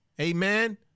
Amen